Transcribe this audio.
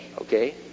Okay